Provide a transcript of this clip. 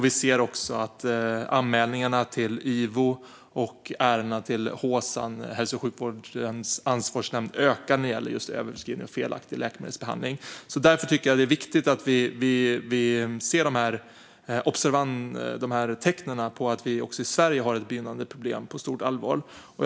Vi ser också att anmälningarna till IVO och HSAN, Hälso och sjukvårdens ansvarsnämnd, ökar när det gäller just överförskrivning och felaktig läkemedelsbehandling. Därför tycker jag att det är viktigt att vi ser tecknen på att vi också i Sverige har ett begynnande problem och att vi tar dem på stort allvar.